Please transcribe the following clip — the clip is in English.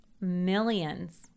millions